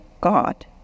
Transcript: God